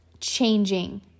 changing